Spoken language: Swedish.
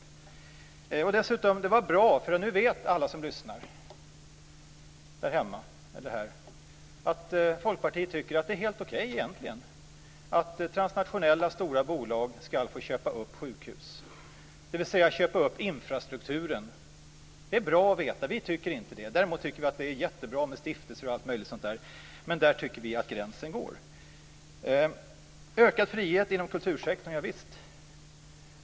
Alla som lyssnar där hemma eller här på debatten vet nu att Folkpartiet tycker att det egentligen är helt okej att transnationella stora bolag ska få köpa upp sjukhus, dvs. köpa upp infrastruktur; det är bra att veta det. Vi tycker inte det. Däremot tycker vi att det är jättebra med stiftelser och allt möjligt sådant men där menar vi att gränsen går. Ökad frihet inom kultursektorn - javisst.